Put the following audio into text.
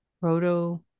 proto